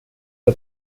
que